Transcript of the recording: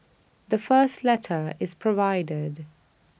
the first letter is provided